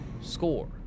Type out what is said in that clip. Score